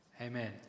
amen